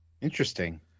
Interesting